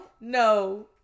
No